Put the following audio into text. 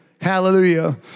hallelujah